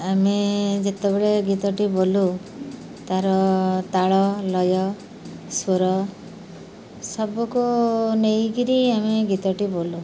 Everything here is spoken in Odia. ଆମେ ଯେତେବେଳେ ଗୀତଟି ବୋଲୁ ତାର ତାଳ ଲୟ ସ୍ୱର ସବୁକୁ ନେଇକିରି ଆମେ ଗୀତଟି ବୋଲୁ